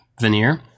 veneer